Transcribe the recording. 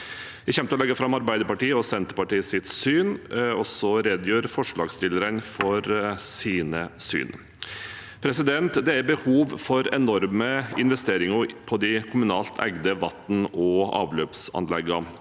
Jeg kommer til å legge fram Arbeiderpartiet og Senterpartiets syn, og så redegjør forslagsstillerne for sine syn. Det er behov for enorme investeringer i de kommunalt eide vann- og avløpsanleggene.